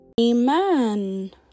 amen